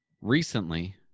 Recently